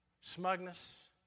Smugness